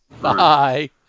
bye